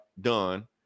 done